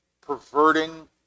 perverting